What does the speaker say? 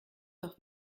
doch